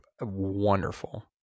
wonderful